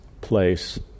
place